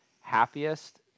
happiest